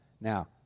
Now